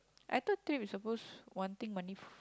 I thought is suppose one thing money